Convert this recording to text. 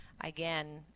Again